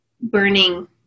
burning